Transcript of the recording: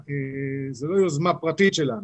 שזה לא יוזמה פרטית שלנו,